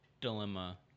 dilemma